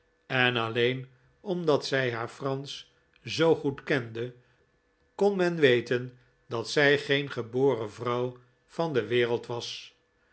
en alleen omdat zij haar fransch zoo goed kende kon men weten dat zij geen geboren vrouw van de wereld was